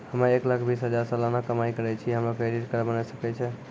हम्मय एक लाख बीस हजार सलाना कमाई करे छियै, हमरो क्रेडिट कार्ड बने सकय छै?